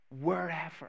wherever